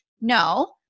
No